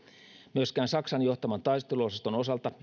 myöskään saksan johtaman taisteluosaston osalta